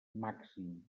màxim